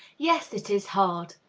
yes, it is hard.